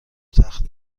تخت